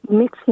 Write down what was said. mix